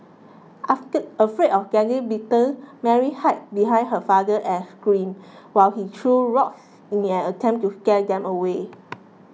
afraid of getting bitten Mary hid behind her father and scream while he threw rocks in an attempt to scare them away